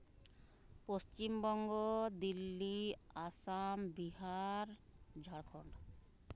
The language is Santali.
ᱯᱚᱥᱪᱤᱢᱵᱚᱝᱜᱚ ᱫᱤᱞᱞᱤ ᱟᱥᱟᱢ ᱵᱤᱦᱟᱨ ᱡᱷᱟᱲᱠᱷᱚᱱᱰ